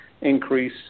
increase